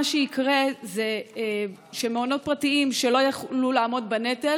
מה שיקרה זה שמעונות פרטיים שלא יוכלו לעמוד בנטל